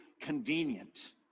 convenient